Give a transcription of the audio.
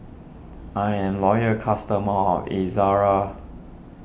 I'm a loyal customer of Ezerra